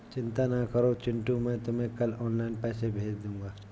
चिंता ना करो चिंटू मैं तुम्हें कल ऑनलाइन पैसे भेज दूंगा